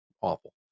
awful